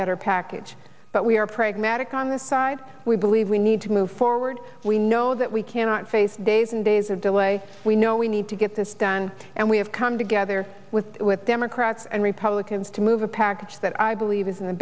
better package but we are pragmatic on the side we believe we need to move forward we know that we cannot face days and days of delay we know we need to get this done and we have come together with democrats and republicans to move a package that i believe is in the